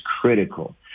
critical